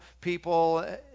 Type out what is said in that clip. people